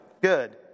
Good